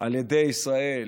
על ידי ישראל